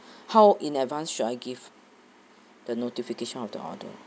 how in advance should I give the notification of the order